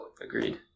Agreed